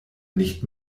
nicht